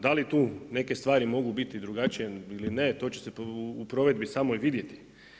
Da li tu neke stvari mogu biti drugačije ili ne, to će se u provedbi samoj vidjeti.